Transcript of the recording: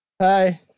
Hi